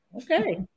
okay